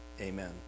Amen